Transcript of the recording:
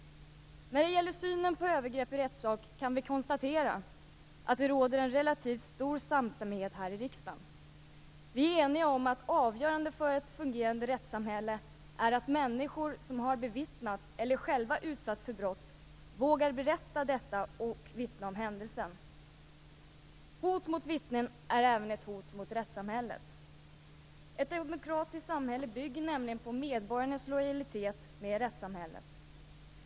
När det gäller synen på övergrepp i rättssak kan vi konstatera att det råder en relativt stor samstämmighet här i riksdagen. Vi är eniga om att avgörande för ett fungerande rättssamhälle är att människor som har bevittnat eller själva utsatts för brott vågar berätta detta och vittna om händelsen. Hot mot vittnen är även ett hot mot rättssamhället. Ett demokratiskt samhälle bygger nämligen på medborgarnas lojalitet med rättssamhället.